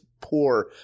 poor